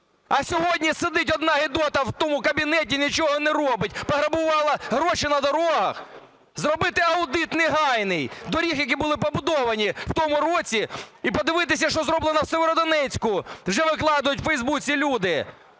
А сьогодні сидить одна гидота в тому кабінеті і нічого не робить, пограбувала гроші на дорогах. Зробити аудит негайний доріг, які були побудовані в тому році, і подивитися, що зроблено в Сєвєродонецьку, вже викладають у Фейсбуці люди.